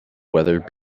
weather